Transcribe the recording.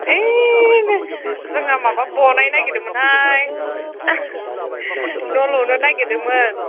ओइ जोंना माबा बानायनो नागिरदोंमोन हाय न' लुनो नागिरदोंमोन